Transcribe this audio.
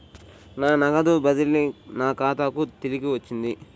నా నగదు బదిలీ నా ఖాతాకు తిరిగి వచ్చింది